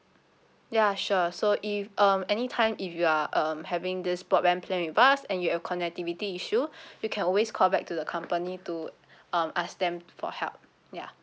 ya sure so if um any time if you are um having this broadband plan with us and you have connectivity issue you can always call back to the company to um ask them for help ya